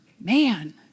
man